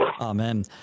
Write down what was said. Amen